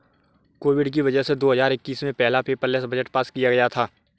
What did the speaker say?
Covid की वजह से दो हजार इक्कीस में पहला पेपरलैस बजट पास किया गया था